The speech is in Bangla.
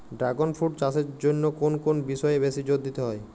ড্রাগণ ফ্রুট চাষের জন্য কোন কোন বিষয়ে বেশি জোর দিতে হয়?